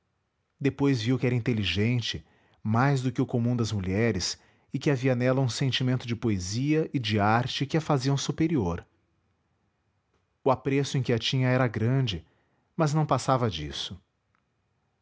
depois viu que era inteligente mais do que o comum das mulheres e que havia nela um sentimento de poesia e de arte que a faziam superior o apreço em que a tinha era grande mas não passava disso